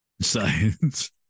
Science